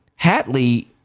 Hatley